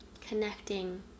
connecting